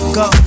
go